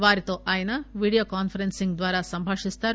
వారితో ఆయన విడియోకాన్సరెన్సింగ్ ద్వారా సంభాషిస్తారు